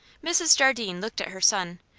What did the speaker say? mrs. jardine looked at her son,